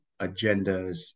agendas